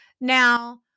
Now